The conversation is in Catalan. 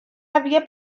havia